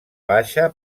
baixa